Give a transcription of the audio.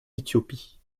éthiopie